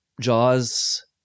Jaws